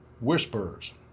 whispers